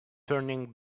turning